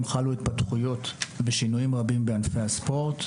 חלו התפתחויות ושינויים רבים במבנה הספורט,